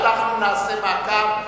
אנחנו נעשה מעקב,